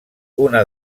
una